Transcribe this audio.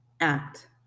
act